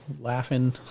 laughing